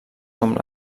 com